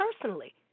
personally